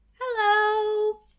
Hello